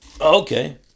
Okay